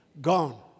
Gone